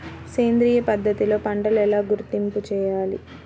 సేంద్రియ పద్ధతిలో పంటలు ఎలా గుర్తింపు చేయాలి?